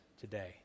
today